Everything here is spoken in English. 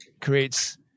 creates